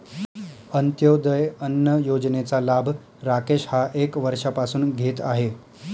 अंत्योदय अन्न योजनेचा लाभ राकेश हा एक वर्षापासून घेत आहे